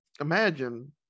imagine